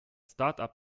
startup